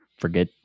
forget